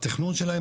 התכנון שלהם,